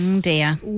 dear